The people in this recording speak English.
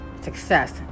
success